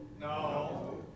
No